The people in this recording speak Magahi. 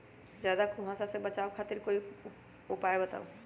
ज्यादा कुहासा से बचाव खातिर कोई उपाय बताऊ?